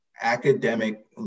Academic